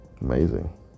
Amazing